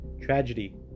tragedy